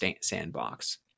sandbox